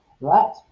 Right